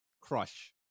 crush